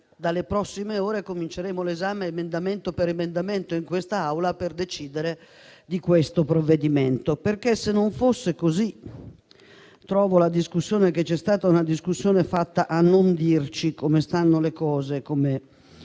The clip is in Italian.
dalle prossime ore cominceremo l'esame emendamento per emendamento in quest'Aula per decidere di questo provvedimento. Se così non fosse, trovo la discussione che c'è stata finora un dibattito fatto a non dirci come stanno le cose e come